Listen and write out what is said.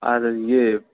আর ইয়ে